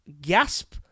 gasp